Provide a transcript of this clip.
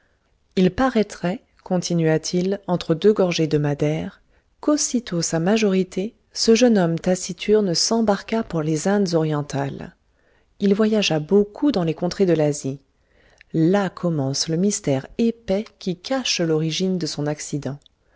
il paraîtrait continua-t-il entre deux gorgées de madère qu'aussitôt sa majorité ce jeune homme taciturne s'embarqua pour les indes orientales il voyagea beaucoup dans les contrées de l'asie là commence le mystère épais qui cache l'origine de son accident